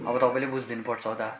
अब तपाईँले बुझिदिनु पर्छ दा